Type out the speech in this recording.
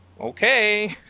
Okay